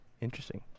Interesting